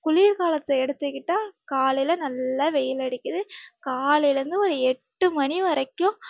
குளிர் காலத்தை எடுத்துக்கிட்டால் காலையில் நல்லா வெயில் அடிக்குது காலையில் இருந்து ஒரு எட்டு மணி வரைக்கும்